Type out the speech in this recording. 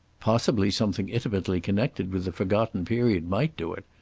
possibly something intimately connected with the forgotten period might do it.